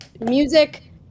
music